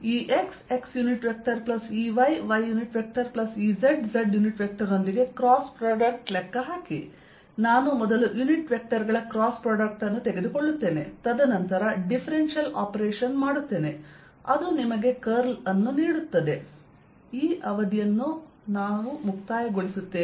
ExxEyyEzz ನೊಂದಿಗೆ cross product ಲೆಕ್ಕ ಹಾಕಿ ನಾನು ಮೊದಲು ಯುನಿಟ್ ವೆಕ್ಟರ್ ಗಳ ಕ್ರಾಸ್ ಪ್ರಾಡಕ್ಟ್ ಅನ್ನು ತೆಗೆದುಕೊಳ್ಳುತ್ತೇನೆ ತದನಂತರ ಡಿಫರೆನ್ಷಿಯಲ್ ಆಪರೇಷನ್ ಮಾಡುತ್ತೇನೆ ಮತ್ತು ಅದು ನಿಮಗೆ ಕರ್ಲ್ ಅನ್ನು ನೀಡುತ್ತದೆ